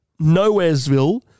nowheresville